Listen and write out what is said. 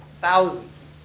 thousands